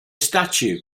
statue